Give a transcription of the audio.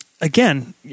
again